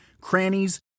crannies